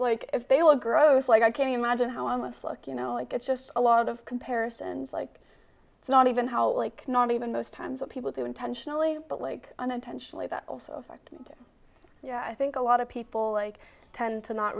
like if they were gross like i can't imagine how i must look you know like it's just a lot of comparisons like it's not even how like not even most times people do intentionally but like unintentionally that also effect yeah i think a lot of people like tend to not